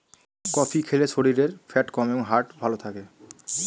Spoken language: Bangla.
কফি খেলে শরীরের ফ্যাট কমে এবং হার্ট ভালো থাকে